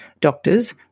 doctors